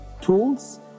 tools